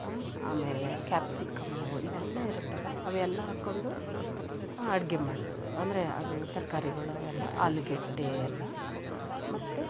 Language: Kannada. ಊಂ ಆಮೇಲೆ ಕ್ಯಾಪ್ಸಿಕಮ್ಮು ಇವೆಲ್ಲ ಇರುತ್ತಲ್ವ ಅವೆಲ್ಲ ಹಾಕ್ಕೊಂಡು ಅಡುಗೆ ಮಾಡ್ತೀವಿ ಅಂದರೆ ಅದು ತರಕಾರಿಗಳು ಅವೆಲ್ಲ ಆಲೂಗಡ್ಡೆ ಎಲ್ಲ ಮತ್ತು